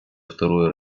второе